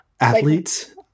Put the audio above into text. athletes